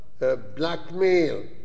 blackmail